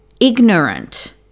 ignorant